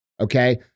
okay